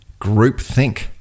groupthink